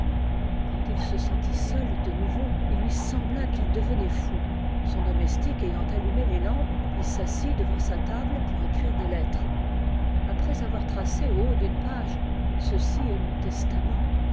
quand il se sentit seul de nouveau il lui sembla qu'il devenait fou son domestique ayant allumé les lampes il s'assit devant sa table pour écrire des lettres après avoir tracé au haut d'une page ceci est mon